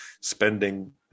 spending